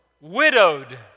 widowed